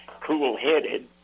cool-headed